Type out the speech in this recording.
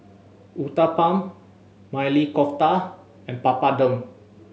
Uthapam Maili Kofta and Papadum